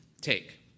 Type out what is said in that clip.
take